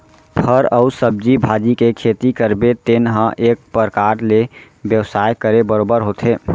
फर अउ सब्जी भाजी के खेती करबे तेन ह एक परकार ले बेवसाय करे बरोबर होथे